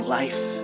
life